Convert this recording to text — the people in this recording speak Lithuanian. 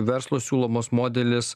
verslo siūlomas modelis